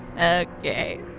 Okay